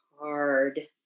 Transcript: hard